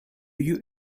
you